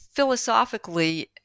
philosophically